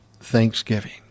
Thanksgiving